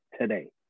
today